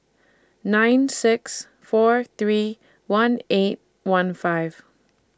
nine six four three one eight one five